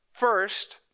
First